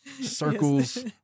Circles